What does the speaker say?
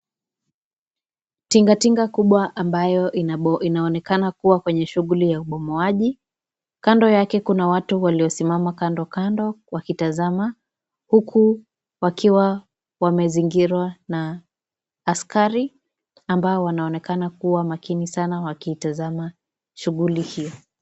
Tingatinga kubwa ambayo inaonekana kuwa katika shughuli ya ubomoaji kando yake kuna watu waliosimama kando kando wakitazama huku wakizingira na askari ambao wanaonekana kuwa makini kuitazama shughuli hiyo.